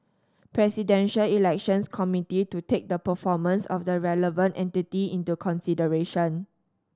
Presidential Elections Committee to take the performance of the relevant entity into consideration